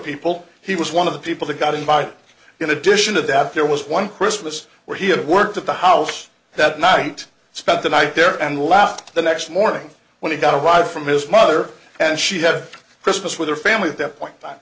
people he was one of the people that got invite in addition to that there was one christmas where he had worked at the house that night spent the night there and left the next morning when he got a ride from his mother and she had christmas with her family at that point that